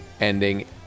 ending